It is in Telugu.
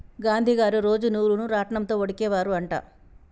గాంధీ గారు రోజు నూలును రాట్నం తో వడికే వారు అంట